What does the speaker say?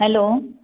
hello